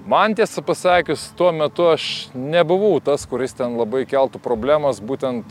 man tiesą pasakius tuo metu aš nebuvau tas kuris ten labai keltų problemas būtent